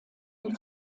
die